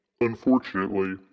Unfortunately